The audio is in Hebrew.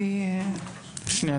שנייה.